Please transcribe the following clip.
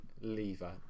lever